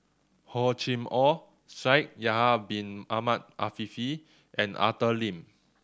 Hor Chim Or Shaikh Yahya Bin Ahmed Afifi and Arthur Lim